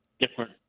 different